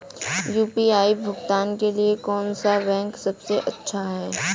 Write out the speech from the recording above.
UPI भुगतान के लिए कौन सा बैंक सबसे अच्छा है?